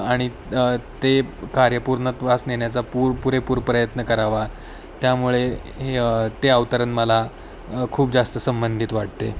आणि ते कार्य पूर्णत्वास नेण्याचा पूर पुरेपूर प्रयत्न करावा त्यामुळे हे ते अवतरण मला खूप जास्त संबंधित वाटते